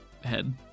head